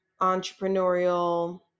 entrepreneurial